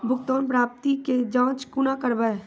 भुगतान प्राप्ति के जाँच कूना करवै?